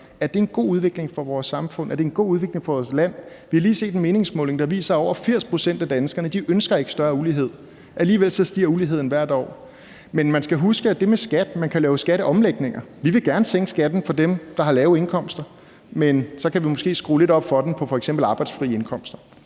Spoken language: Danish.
Er det en god udvikling for vores samfund, er det en god udvikling for vores land? Vi har lige set en meningsmåling, der viser, at over 80 pct. af danskerne ikke ønsker større ulighed, men alligevel stiger uligheden hvert år. Men man skal i forbindelse med det med skat huske, at man kan lave skatteomlægninger. Vi vil gerne sænke skatten for dem, der har lave indkomster, men så kan vi måske skrue lidt op for den for f.eks. arbejdsfrie indkomster.